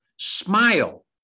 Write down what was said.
Smile